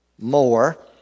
more